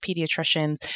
pediatricians